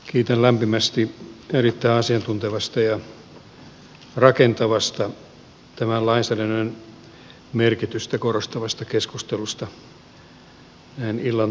kiitän lämpimästi erittäin asiantuntevasta ja rakentavasta tämän lain lainsäädännön merkitystä korostavasta keskustelusta näin illan tunteina